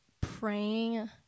praying